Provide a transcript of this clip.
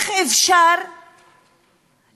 איך אפשר